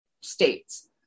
states